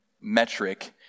metric